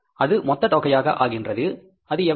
அது மொத்தத் தொகையாக ஆகின்றது அது எவ்வளவு